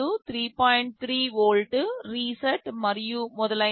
3 volt reset మరియు మొదలైనవి